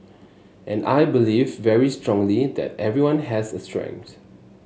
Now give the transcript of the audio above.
and I believe very strongly that everyone has a strength